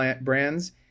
brands